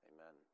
Amen